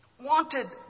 Wanted